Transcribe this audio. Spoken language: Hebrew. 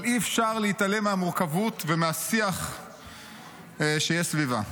אבל אי-אפשר להתעלם מהמורכבות ומהשיח שיש סביבה: